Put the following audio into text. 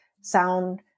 sound